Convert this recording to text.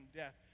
death